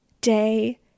Day